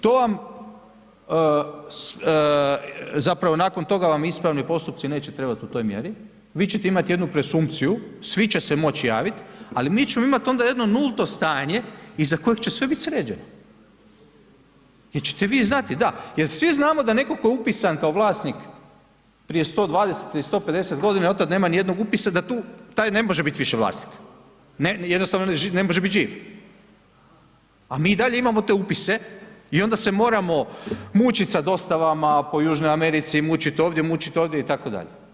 To vam zapravo nakon toga vam ispravni postupci neće trebati u toj mjeri, vi ćete imati jednu presumpciju, svi će moći javit ali mi ćemo imat onda jedno nulto stanje iza kojeg će sve bit sređeno jer ćete vi znati da, jer svi znamo da netko tko je upisan kao vlasnik prije 120 ili 150 g. i otad nema nijednog upisa, da tu, taj ne može više bit vlasnik, jednostavno ne može bit živ a mi i dalje imamo te upise i onda se moramo mučiti sa dostavama po Južnoj Americi, mučit ovdje, mučit ondje itd.